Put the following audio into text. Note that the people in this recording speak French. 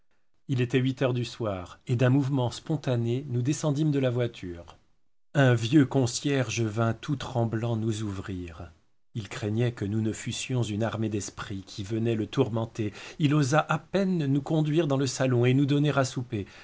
il était huit heures du soir et d'un mouvement spontané nous descendîmes de la voiture un vieux concierge vint tout tremblant nous ouvrir il craignait que nous ne fussions une armée d'esprits qui venaient le tourmenter il osa à peine nous conduire dans le salon et nous donner à souper